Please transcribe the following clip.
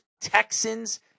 Texans